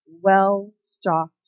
well-stocked